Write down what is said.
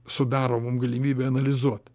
sudaro mum galimybę analizuot